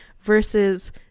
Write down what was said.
versus